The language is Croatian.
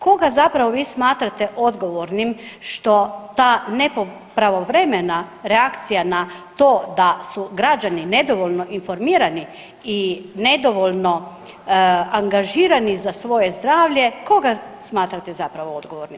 Koga zapravo vi smatrate odgovornim što ta nepravovremena reakcija na to da su građani nedovoljno informirani i nedovoljno angažirani za svoje zdravlje, koga smatrate zapravo odgovornim?